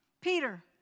Peter